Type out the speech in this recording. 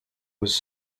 was